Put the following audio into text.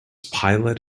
pilot